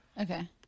Okay